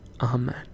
Amen